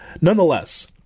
Nonetheless